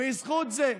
בזכות זה,